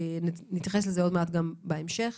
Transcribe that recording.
נתייחס לזה גם בהמשך